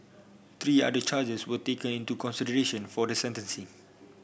three other charges were taken into consideration for the sentencing